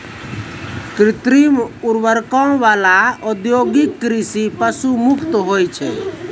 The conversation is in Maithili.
कृत्रिम उर्वरको वाला औद्योगिक कृषि पशु मुक्त होय छै